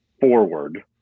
forward